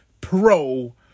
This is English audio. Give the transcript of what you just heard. pro